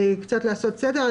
קצת לעשות סדר.